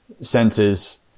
senses